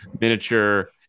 miniature